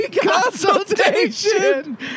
Consultation